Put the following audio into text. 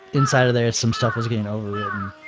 inside of there is some stuff was getting overwritten.